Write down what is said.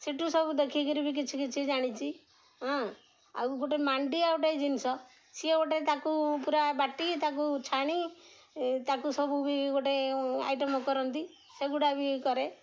ସେଠୁ ସବୁ ଦେଖିକିରି ବି କିଛି କିଛି ଜାଣିଛି ହଁ ଆଉ ଗୋଟେ ମାଣ୍ଡିଆ ଗୋଟେ ଜିନିଷ ସିଏ ଗୋଟେ ତାକୁ ପୁରା ବାଟି ତାକୁ ଛାଣି ତାକୁ ସବୁ ବି ଗୋଟେ ଆଇଟମ୍ କରନ୍ତି ସେଗୁଡ଼ା ବି କରେ